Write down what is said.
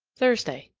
thursday.